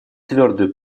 твердую